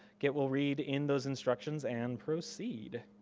git will read in those instructions and proceed.